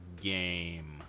game